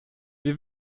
wir